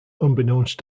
unbeknownst